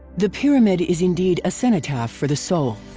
the pyramid is indeed a cenotaph for the soul,